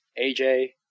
AJ